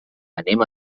anem